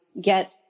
get